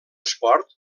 esport